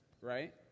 right